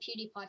PewDiePie